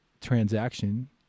transaction